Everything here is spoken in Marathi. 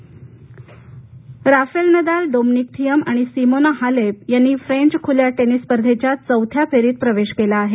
French Open Rafael Nadal Dominic Thiem आणि सीमोना हालेप यांनी फ्रेंच खुल्या टेनिस स्पर्धेच्या चौथ्या फेरीत प्रवेश केला आहे